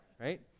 right